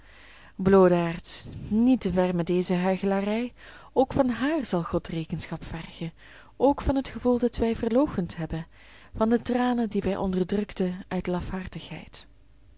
bloodaards niet te ver met deze huichelarij ook van haar zal god rekenschap vergen ook van het gevoel dat wij verloochend hebben van de tranen die wij onderdrukten uit